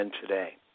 today